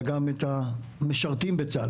אלא גם את המשרתים בצה"ל.